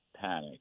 panic